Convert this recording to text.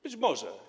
Być może.